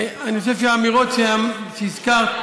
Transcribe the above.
אני חושב שהאמירות שהזכרת,